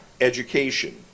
Education